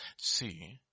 see